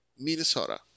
Minnesota